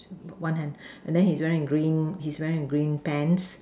no one hand and then he's wearing in green he's wearing in green pants